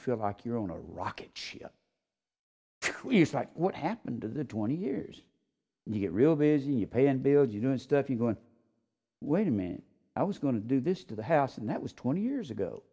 feel like you're on a rocket ship careers like what happened in the twenty years you get real busy paying bills you know and stuff you going wait a minute i was going to do this to the house and that was twenty years ago